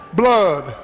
blood